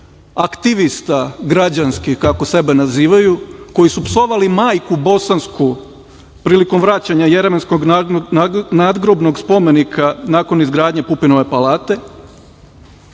aktivisti građanskih, kako sebe nazivaju, koji su psovali majku bosansku prilikom vraćanja jermenskog nadgrobnog spomenika, a nakon izgradnje Pupinove palate.